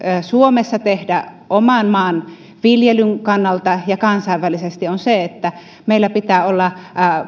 suomessa tehdä oman maan viljelyn kannalta ja kansainvälisesti on se että meillä pitää olla